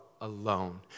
alone